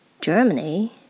Germany